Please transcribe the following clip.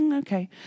Okay